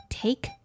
take